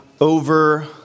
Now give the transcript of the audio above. over